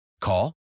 Call